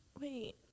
Wait